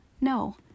No